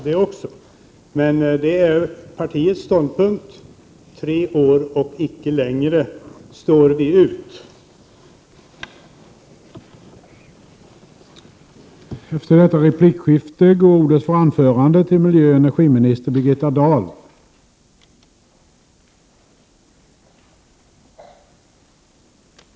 Men miljöpartiets ståndpunkt är att vi står ut i tre år men inte längre.